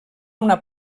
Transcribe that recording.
una